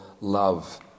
love